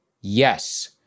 yes